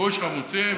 בכיבוש חמוצים.